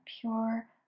pure